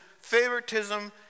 favoritism